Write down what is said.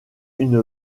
une